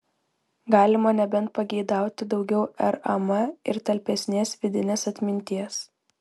galima nebent pageidauti daugiau ram ir talpesnės vidinės atminties